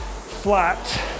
flat